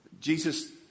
Jesus